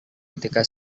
ketika